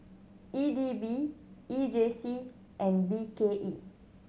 E D B E J C and B K E